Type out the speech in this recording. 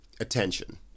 attention